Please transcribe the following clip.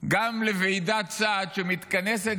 גם לוועידת סעד שמתכנסת,